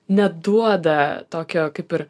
neduoda tokio kaip ir